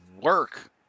work